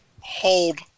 Hold